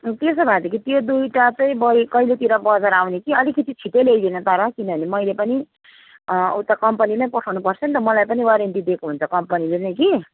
त्यसो भएदेखि त्यो दुईवटा चाहिँ बल्ब कहिलेतिर बजार आउने कि अलिकति छिट्टै ल्याइदिनु तर किनभने मैले पनि उता कम्पनीमै पठाउनु पर्छ नि त मलाई पनि वारन्टी दिएको हुन्छ कम्पनीले नै कि